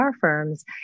firms